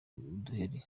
uduheri